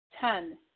Ten